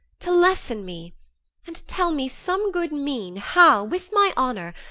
to lesson me and tell me some good mean how, with my honour,